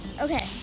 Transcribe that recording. Okay